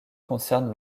concerne